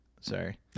Sorry